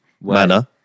manner